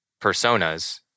personas